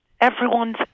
Everyone's